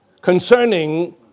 concerning